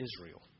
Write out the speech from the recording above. Israel